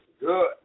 Good